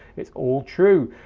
it's all true.